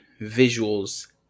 visuals